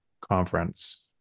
conference